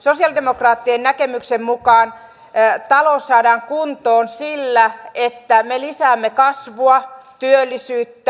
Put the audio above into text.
sosialidemokraattien näkemyksen mukaan talous saadaan kuntoon sillä että me lisäämme kasvua ja työllisyyttä